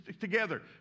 together